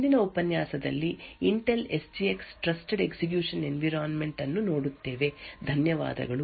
ಮುಂದಿನ ಉಪನ್ಯಾಸದಲ್ಲಿ Intel SGX trusted execution environment ಅನ್ನು ನೋಡುತ್ತೇವೆ ಧನ್ಯವಾದಗಳು